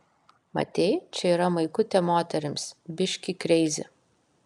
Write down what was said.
matei čia yra maikutė moterims biški kreizi